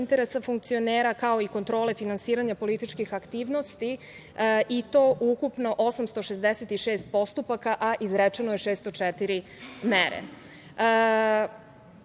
interesa funkcionera, kao i kontrole finansiranja političkih aktivnosti, i to ukupno 866 postupaka, a izrečeno su 604 mere. Ali,